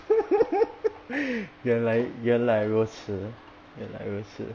原来原来如此原来如此